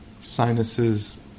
sinuses